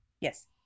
Yes